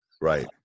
Right